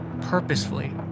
purposefully